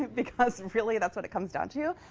because really, that's what it comes down to.